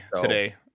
today